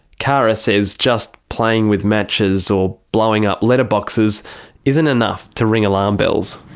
kara says just playing with matches or blowing up letterboxes isn't enough to ring alarm bells.